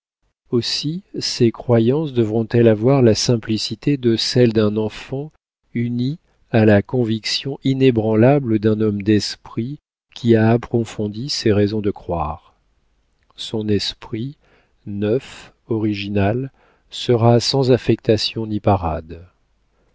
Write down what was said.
aussi ses croyances devront elles avoir la simplicité de celles d'un enfant unie à la conviction inébranlable d'un homme d'esprit qui a approfondi ses raisons de croire son esprit neuf original sera sans affectation ni parade